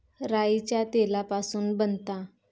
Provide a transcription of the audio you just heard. राईच्या तेलापासून बनता